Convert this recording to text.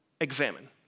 examine